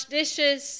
dishes